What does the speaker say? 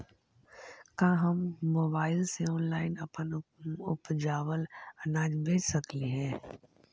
का हम मोबाईल से ऑनलाइन अपन उपजावल अनाज बेच सकली हे?